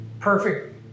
perfect